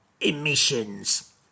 emissions